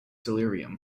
delirium